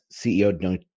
CEO